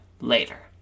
later